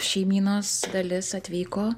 šeimynos dalis atvyko